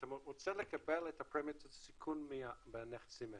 שאתה רוצה לקבל את פרמיית הסיכון מהנכסים האלה.